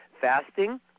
fasting